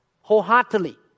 wholeheartedly